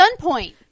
gunpoint